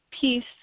peace